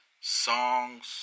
songs